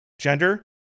gender